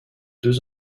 deux